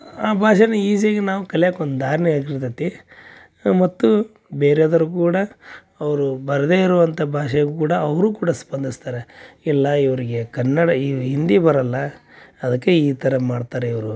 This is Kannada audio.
ಆ ಭಾಷೆನ ಈಝಿಯಾಗಿ ನಾವು ಕಲಿಯಕ್ಕೊಂದು ದಾರಿನೂ ಆಗಿರ್ತೈತಿ ಮತ್ತು ಬೇರೆದವ್ರೂ ಕೂಡ ಅವರು ಬರದೇ ಇರುವಂಥ ಭಾಷೆಗೂ ಕೂಡ ಅವರೂ ಕೂಡ ಸ್ಪಂದಿಸ್ತಾರೆ ಇಲ್ಲ ಇವರಿಗೆ ಕನ್ನಡ ಹಿಂದಿ ಬರಲ್ಲ ಅದಕ್ಕೆ ಈ ಥರ ಮಾಡ್ತಾರೆ ಇವರು